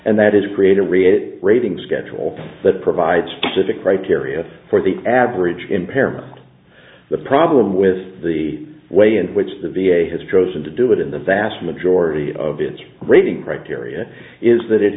and that is create a re a rating schedule that provides specific criteria for the average impairment the problem with the way in which the v a has chosen to do it in the vast majority of its rating criteria is that it